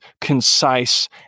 concise